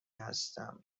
هستم